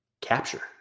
Capture